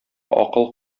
акыл